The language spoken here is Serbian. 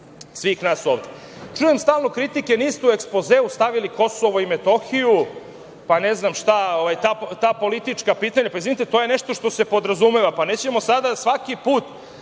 svih nas ovde. Čujem stalno kritike da niste u ekspozeu stavili KiM, pa ne znam šta, ta politička pitanja. Izvinite, to je nešto što se podrazumeva. Nećemo valjda svaki put